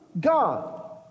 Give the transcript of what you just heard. god